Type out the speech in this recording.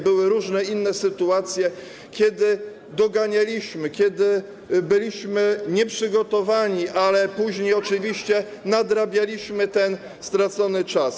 Były różne inne sytuacje, kiedy doganialiśmy, kiedy byliśmy nieprzygotowani, ale później oczywiście nadrabialiśmy ten stracony czas.